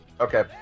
okay